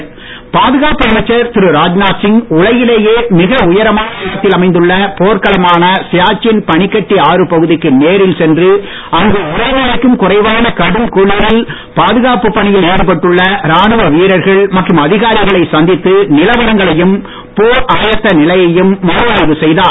ராஜ்நாத்சிங் பாதுகாப்பு அமைச்சர் திரு ராஜ்நாத்சிங் உலகிலேயே மிக உயரமான இடத்தில் அமைந்துள்ள போர்க்களமான சியாச்சியின் பனிக்கட்டி ஆறு பகுதிக்கு நேரில் சென்று அங்கு உறைநிலைக்கும் குறைவான கடும்குளிரில் பாதுகாப்பு பணியில் ஈடுபட்டுள்ள ராணுவ வீரர்கள் மற்றும் அதிகாரிகளை சந்தித்து நிலவரங்களையும் போர் ஆயத்த நிலையையும் மறுஆய்வு செய்தார்